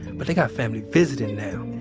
but got family visiting now.